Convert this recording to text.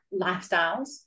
lifestyles